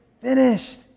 finished